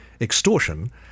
extortion